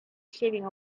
shaving